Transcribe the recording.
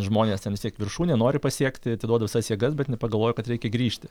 žmonės ten vis tiek viršūnė nori pasiekti atiduoda visas jėgas bet nepagalvoja kad reikia grįžti